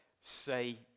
say